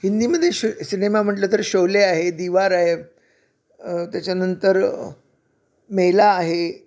हिंदीमदे श सिनेमा म्हटलं तर शोले आहे दिवार आहे त्याच्यानंतर मेला आहे